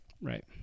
right